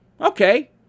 Okay